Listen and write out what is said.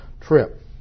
trip